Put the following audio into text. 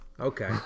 Okay